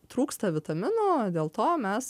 trūksta vitamino dėl to mes